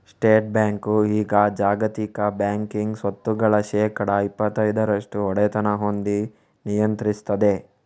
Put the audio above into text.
state bank ಈಗ ಜಾಗತಿಕ banking ಸ್ವತ್ತುಗಳ ಶೇಕಡಾ ಇಪ್ಪತೈದರಷ್ಟು ಒಡೆತನ ಹೊಂದಿ ನಿಯಂತ್ರಿಸ್ತದೆ